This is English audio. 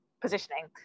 positioning